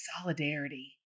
solidarity